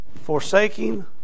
forsaking